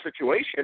situation